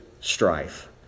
strife